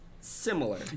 similar